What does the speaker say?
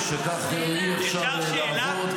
האם זה מעניין?